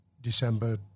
December